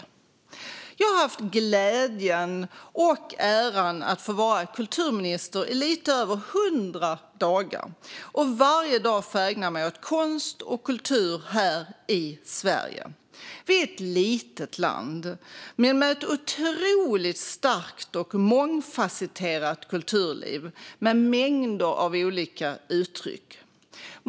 Jag har haft glädjen och äran att ha få varit kulturminister i lite över 100 dagar och varje dag få ägna mig åt konst och kultur här i Sverige. Vi är ett litet land, men med ett otroligt starkt och mångfasetterat kulturliv, med mängder av olika uttryck.